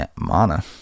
mana